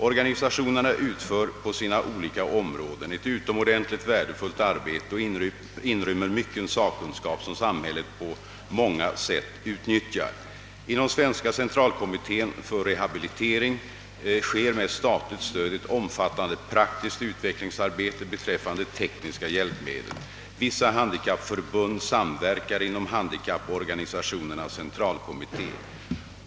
Organisationerna utför på sina olika områden ett utomordentligt värdefullt arbete och inrymmer mycken sakkunskap, som samhället på många sätt utnyttjar. Inom Svenska centralkommittén för rehabilitering sker med statligt stöd ett omfattande praktiskt utvecklingsarbete beträffande tekniska hjälpmedel. Vissa handikappförbund samverkar inom Handikapporganisationernas << centralkommitté.